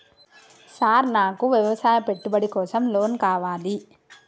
Sir నాకు వ్యవసాయ పెట్టుబడి కోసం లోన్ కావాలి?